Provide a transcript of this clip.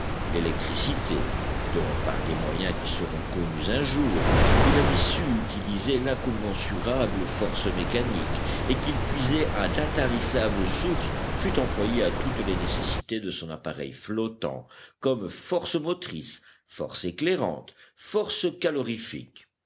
l'électricité dont par des moyens qui seront connus un jour il avait su utiliser l'incommensurable force mécanique et qu'il puisait à d'intarissables sources fut employée à toutes les nécessités de son appareil flottant comme force motrice force éclairante force calorifique